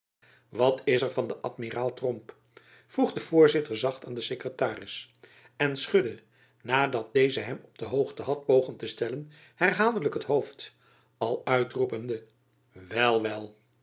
wat is er van den amiraal tromp vroeg de voorzitter zacht aan den sekretaris en schudde nadat deze hem op de hoogte had pogen te stellen herhaaldelijk het hoofd al uitroepende wel